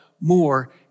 more